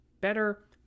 better